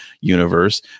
universe